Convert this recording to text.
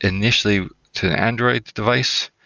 initially to android device,